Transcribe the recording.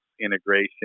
integration